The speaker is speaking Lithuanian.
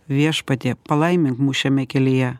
viešpatie palaimink mus šiame kelyje